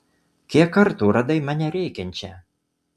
kiek kartų radai mane rėkiančią